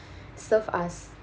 serve us